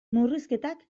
murrizketak